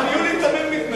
גם יולי תמיר מתנגדת.